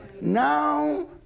Now